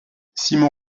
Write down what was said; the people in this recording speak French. simon